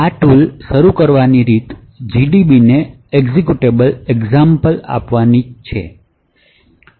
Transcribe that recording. આ ટૂલ શરૂ કરવાની રીત gdb ને એક્ઝેક્યુટેબલ example આપવાની છે